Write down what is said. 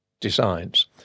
designs